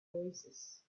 oasis